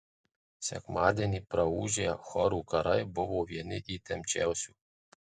sekmadienį praūžę chorų karai buvo vieni įtempčiausių